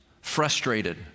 frustrated